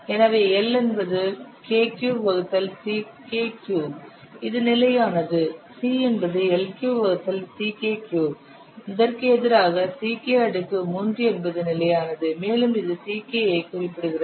எனவே L என்பது k cube வகுத்தல் Ck க்யூப் இது நிலையானது C என்பது L க்யூப் வகுத்தல் Ck க்யூப் இதற்கு எதிராக Ck அடுக்கு 3 என்பது நிலையானது மேலும் இது Ck ஐ குறிப்பிடுகிறது